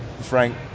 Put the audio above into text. Frank